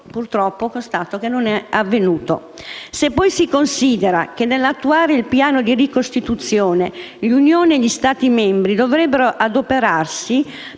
purtroppo, constato che ciò non è avvenuto; soprattutto se poi si considera che nell'attuare il piano di ricostituzione, l'Unione e gli Stati membri dovrebbero adoperarsi